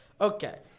Okay